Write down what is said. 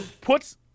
puts